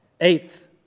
Eighth